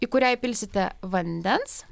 į kurią įpilsite vandens